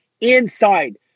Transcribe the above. inside